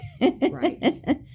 Right